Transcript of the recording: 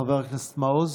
חבר הכנסת מעוז,